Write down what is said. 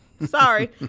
sorry